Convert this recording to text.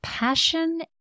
Passion